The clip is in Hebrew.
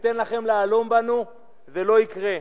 וניתן לכם להלום בנו, זה לא יקרה.